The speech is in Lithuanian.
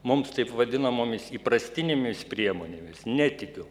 mums taip vadinamomis įprastinėmis priemonėmis netikiu